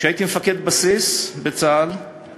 כשהייתי מפקד בסיס בצה"ל